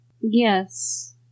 Yes